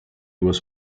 was